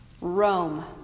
Rome